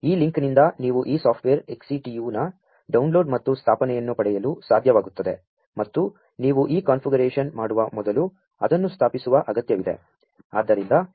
ಈ ಲಿಂ ಕ್ನಿಂ ದ ನೀ ವು ಈ ಸಾ ಫ್ಟ್ವೇ ರ್ XCTU ನ ಡೌ ನ್ಲೋ ಡ್ ಮತ್ತು ಸ್ಥಾ ಪನೆಯನ್ನು ಪಡೆಯಲು ಸಾ ಧ್ಯ ವಾ ಗು ತ್ತದೆ ಮತ್ತು ನೀ ವು ಈ ಕಾ ನ್ಫಿಗರೇ ಶನ್ ಮಾ ಡು ವ ಮೊದಲು ಅದನ್ನು ಸ್ಥಾ ಪಿಸು ವ ಅಗತ್ಯ ವಿದೆ